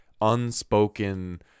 unspoken